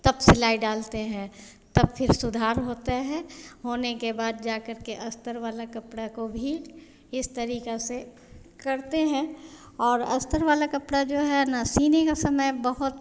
तब सिलाई डालते है तब फिर सुधार होता है होने के बाद जा करके अस्तर वाले कपड़े को भी इस तरीक़े से करते हैं और अस्तर वाला कपड़ा जो है ना सीने के समय बहुत